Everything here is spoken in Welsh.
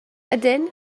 ydyn